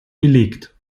belegt